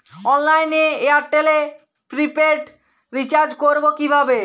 অনলাইনে এয়ারটেলে prepaid recharge করবো কিভাবে?